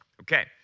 Okay